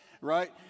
right